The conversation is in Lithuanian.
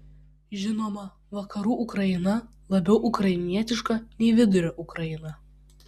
žinoma vakarų ukraina labiau ukrainietiška nei vidurio ukraina